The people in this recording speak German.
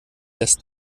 lässt